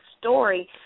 story